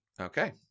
Okay